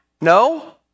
No